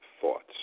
thoughts